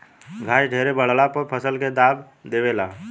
घास ढेरे बढ़ला पर फसल के दाब देवे ला